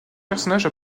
personnages